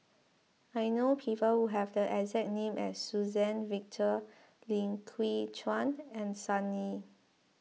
I know people who have the exact name as Suzann Victor Lim Chwee Chian and Sun Yee